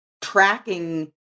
tracking